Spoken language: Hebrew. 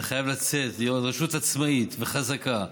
זה חייב לצאת, להיות רשות עצמאית וחזקה,